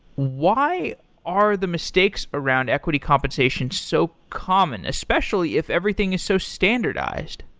why are the mistakes around equity compensation so common, especially if everything is so standardized?